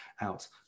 out